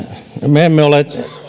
me emme ole